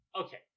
Okay